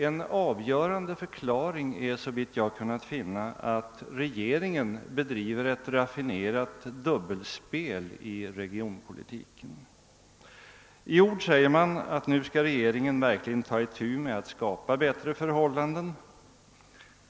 En avgörande förklaring är såvitt jag kunnat finna att regeringen bedriver ett raffinerat dubbelspel i regionpolitiken. Man framhåller att regeringen nu verkligen skall ta itu med att skapa bättre förhållanden.